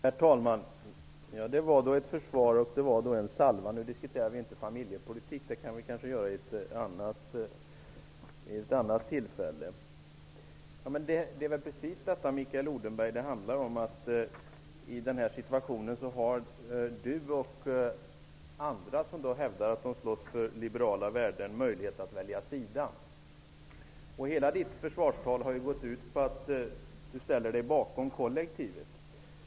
Herr talman! Ja, det var då ett försvar och en salva. Vi diskuterar nu inte familjepolitik. Det får vi göra vid ett annat tillfälle. Mikael Odenberg och andra hävdar att de slåss för liberala värden. I den här situationen har ni nu möjlighet att välja sida. Hela Mikael Odenbergs försvarstal går ut på att han ställer sig bakom kollektivet.